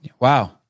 Wow